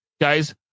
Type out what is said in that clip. guys